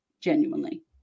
genuinely